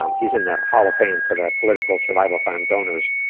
um he's in the hall of fame for the political survival fund donors.